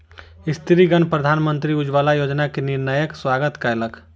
स्त्रीगण प्रधानमंत्री उज्ज्वला योजना के निर्णयक स्वागत कयलक